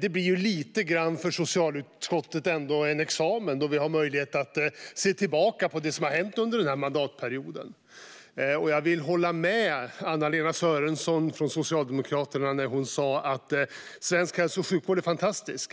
blir för socialutskottet lite grann av en examen då vi har möjlighet att se tillbaka på det som har hänt under mandatperioden. Jag håller med Anna-Lena Sörenson från Socialdemokraterna när hon säger att svensk hälso och sjukvård är fantastisk.